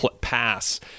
pass